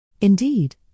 Indeed